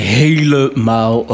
helemaal